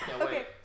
Okay